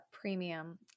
premium